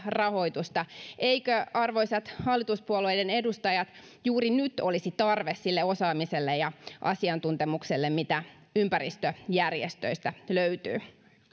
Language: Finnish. rahoitusta eikö arvoisat hallituspuolueiden edustajat juuri nyt olisi tarve sille osaamiselle ja asiantuntemukselle mitä ympäristöjärjestöistä löytyy